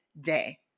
Day